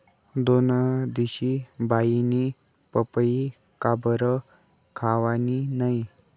दोनदिशी बाईनी पपई काबरं खावानी नै